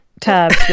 tubs